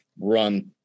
run